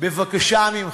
בבקשה ממך,